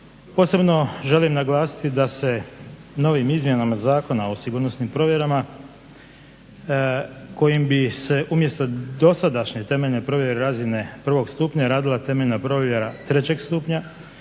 Posebno želim naglasiti da se novim izmjenama Zakona o sigurnosnim provjerama, kojim bi se umjesto dosadašnje temeljne provjere i razine 1. stupnja radila temeljna provjera 3. stupnja.